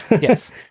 Yes